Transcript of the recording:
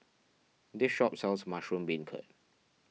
this shop sells Mushroom Beancurd